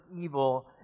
evil